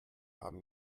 haben